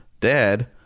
Dad